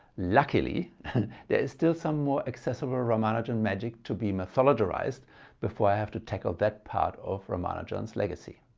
luckily there is still some more accessible ramanujan magic to be mathologerised before i have to tackle that part of ramanujan's legacy.